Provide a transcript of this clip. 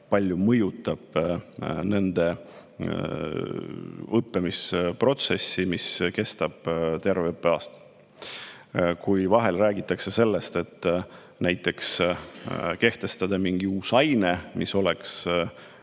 palju mõjutaks nende õppimisprotsessi, mis kestab terve õppeaasta. Kui vahel räägitakse sellest, et [võiks] näiteks kehtestada mingi uue aine, mis oleks